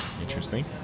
Interesting